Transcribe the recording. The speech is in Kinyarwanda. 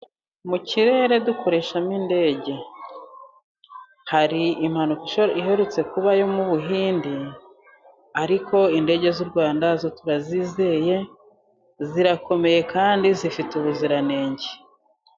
Mu kirere dukoreshamo indege, hari impanuka iherutse kuba yo mu buhinde, ariko indege z'u Rwanda zo turazizeye zirakomeye kandi zifite ubuziranenge.